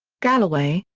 galloway,